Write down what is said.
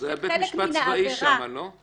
-- זה היה בית משפט צבאי שם, לא?